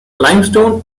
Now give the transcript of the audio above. limestone